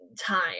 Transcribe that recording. time